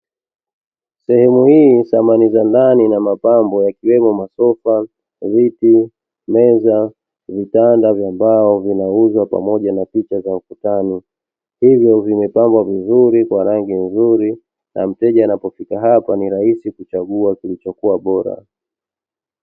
Sehemu hii samani zikiwa ndani na mapambo yakiwemo masofa, viti, meza, vitanda vya mbao vinauzwa pamoja na picha za ukutani. Hivyo vimepambwa vizuri kwa rangi nzuri na mteja anapofika hapa ni rahisi kuchagua kilichokuwa bora.